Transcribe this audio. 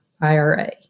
IRA